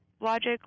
logic